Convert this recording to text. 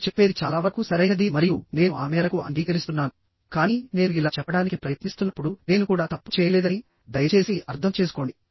మీరు చెప్పేది చాలా వరకు సరైనది మరియు నేను ఆ మేరకు అంగీకరిస్తున్నాను కానీ నేను ఇలా చెప్పడానికి ప్రయత్నిస్తున్నప్పుడు నేను కూడా తప్పు చేయలేదని దయచేసి అర్థం చేసుకోండి